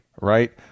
right